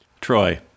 Troy